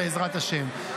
בעזרת השם.